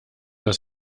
das